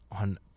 on